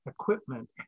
equipment